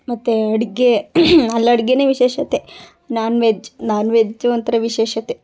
ಮತ್ತೆ ಅಡ್ಗೆ ಅಲ್ಲಿ ಅಡುಗೆನೆ ವಿಶೇಷತೆ ನಾನ್ ವೆಜ್ ನಾನ್ ವೆಜ್ ಒಂಥರ ವಿಶೇಷತೆ